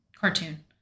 cartoon